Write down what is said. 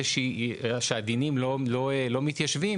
ככל שהדינים לא מתיישבים,